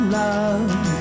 love